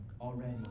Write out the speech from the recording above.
already